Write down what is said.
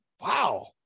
Wow